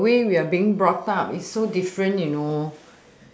the way we are being brought up is so different you know